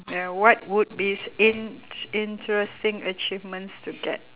ya what would be s~ in~ interesting achievements to get